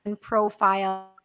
profile